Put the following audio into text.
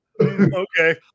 Okay